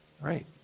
right